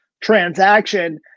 transaction